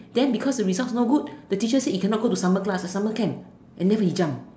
then because the result no good the teacher said he cannot go summer class summer camp and then he jump